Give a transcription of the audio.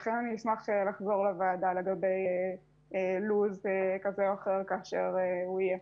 אשמח לחזור לוועדה לגבי לוח זמנים כזה או אחר כשהוא יהיה.